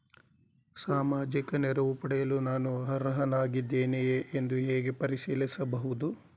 ಸಾಮಾಜಿಕ ನೆರವು ಪಡೆಯಲು ನಾನು ಅರ್ಹನಾಗಿದ್ದೇನೆಯೇ ಎಂದು ಹೇಗೆ ಪರಿಶೀಲಿಸಬಹುದು?